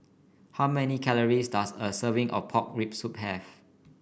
how many calories does a serving of Pork Rib Soup have